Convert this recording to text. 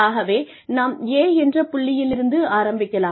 ஆகவே நாம் A என்ற புள்ளியிலிருந்து ஆரம்பிக்கலாம்